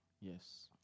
Yes